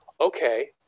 okay